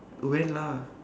when lah